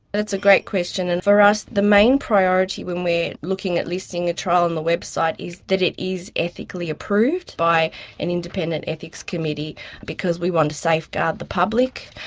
that's a great question, and for us the main priority when we are looking at listing a trial on the website is that it is ethically approved by an independent ethics committee because we want to safeguard the public.